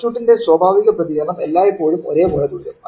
സർക്യൂട്ടിന്റെ സ്വാഭാവിക പ്രതികരണം എല്ലായ്പ്പോഴും ഒരേപോലെ തുടരും